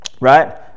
right